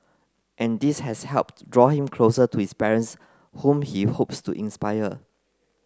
and this has helped draw him closer to his parents whom he hopes to inspire